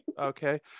Okay